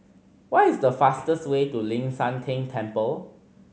what is the fastest way to Ling San Teng Temple